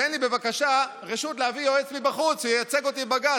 תן לי בבקשה רשות להביא יועץ מבחוץ שייצג אותי בבג"ץ.